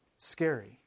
Scary